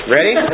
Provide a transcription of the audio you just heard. Ready